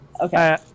Okay